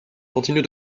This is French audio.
continue